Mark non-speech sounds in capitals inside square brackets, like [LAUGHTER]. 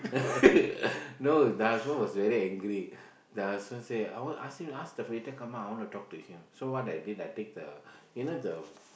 [LAUGHS] no the husband was very angry the husband say I want ask him ask the waiter come out I want to talk to him so what I did I take the you know the